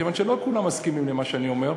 כיוון שלא כולם מסכימים למה שאני אומר,